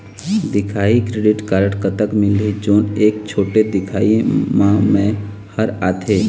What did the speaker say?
दिखाही credit card कतक मिलही जोन एक छोटे दिखाही म मैं हर आथे?